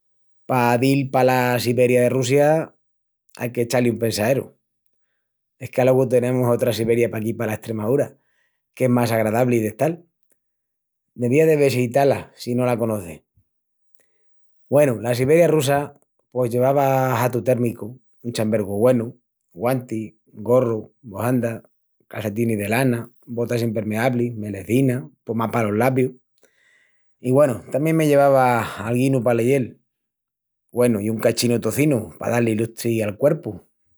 Pa dil pala Siberia de Russia ai qu'echá-li un pensaeru. Es qu'alogu tenemus otra Siberia paquí pala Estremaúra que es más agradabli d'estal. Devías de vesitá-la si no la conocis. Güenu, la Siberia russa, pos llevava hatu térmicu, un chambergu güenu, guantis, gorru, bohanda, calcetinis de lana, botas impermeablis, melecinas, pomá palos labius. I güenu, tamién me llevava alguinu pa leyel, güenu, i un cachinu tocinu pa da-li lustri al cuerpu.